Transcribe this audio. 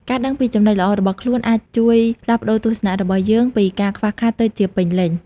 ការដឹងពីចំណុចល្អរបស់ខ្លួនអាចជួយផ្លាស់ប្តូរទស្សនៈរបស់យើងពីការខ្វះខាតទៅជាពេញលេញ។